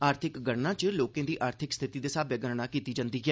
आर्थिक गणना च लोकें दी आर्थिक स्थिति दे साब्रै गणना कीती जंदी ऐ